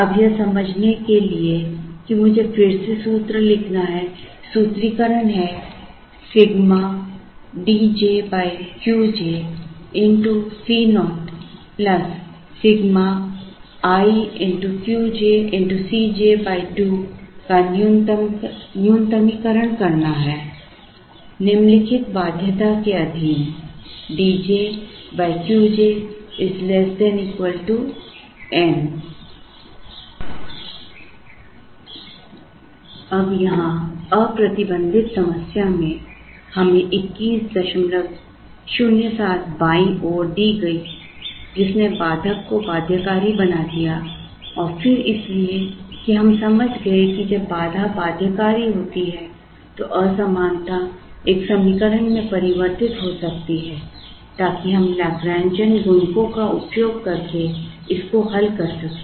अब यह समझने के लिए कि मुझे फिर से सूत्र लिखना है सूत्रीकरण है sigma D j Q j X Co sigma i Q j Cj 2 का न्यूनतमीकरण करना है निम्नलिखित बाध्यता के अधीन D j Q j N अब यहाँ अप्रतिबंधित समस्या में हमें 2107 बायीं ओर दी गई जिसने बाधक को बाध्यकारी बना दिया और फिर इसलिए कि हम समझ गए कि जब बाधा बाध्यकारी होती है तो असमानता एक समीकरण में परिवर्तित हो सकती है ताकि हम Lagrangian गुणकों का उपयोग करके इसको हल कर सकें